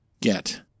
get